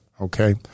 okay